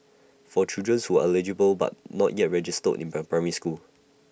for children's who are eligible but not yet registered in per primary school